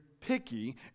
picky